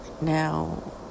Now